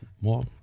more